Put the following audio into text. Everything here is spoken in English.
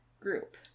group